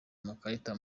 amakarita